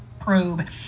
probe